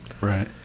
Right